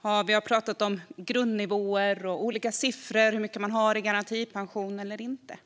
har talat om grundnivåer och olika siffror, och hur mycket människor har i garantipension eller inte.